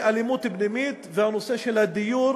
אלימות פנימית, והנושא של הדיור